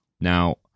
Now